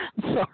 Sorry